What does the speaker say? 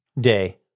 day